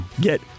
get